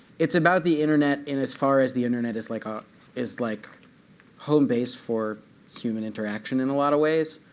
it's about the internet in as far as the internet is like um is like home base for human interaction in a lot of ways.